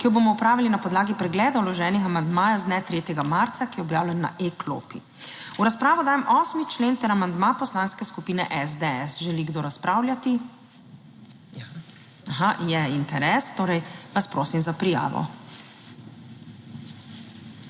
ki jo bomo opravili na podlagi pregleda vloženih amandmajev z dne 3. marca, ki je objavljen na e-klopi. V razpravo dajem 8. člen ter amandma Poslanske skupine SDS. Želi kdo razpravljati? Je interes? Torej, vas prosim za prijavo.